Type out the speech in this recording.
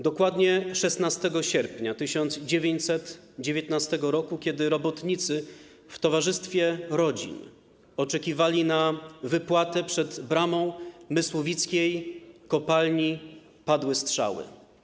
Dokładnie 16 sierpnia 1919 r. kiedy robotnicy w towarzystwie rodzin oczekiwali na wypłatę przed bramą mysłowickiej kopalni, padły strzały.